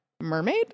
Mermaid